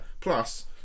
plus